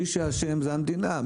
מי שאשם זו המדינה,